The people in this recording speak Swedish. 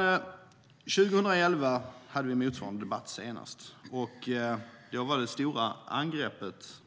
År 2011 hade vi motsvarande debatt senast. Då var det stora angreppet